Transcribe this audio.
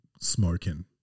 smoking